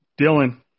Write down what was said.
Dylan